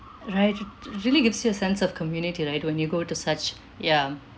right it really gives you a sense of community right when you go to such ya